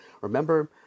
Remember